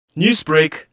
Newsbreak